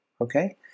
okay